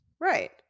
Right